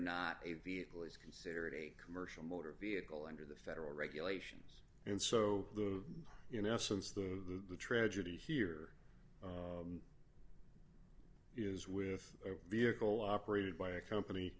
not a vehicle is considered a commercial motor vehicle under the federal regulations and so you know since the tragedy here is with a vehicle operated by a company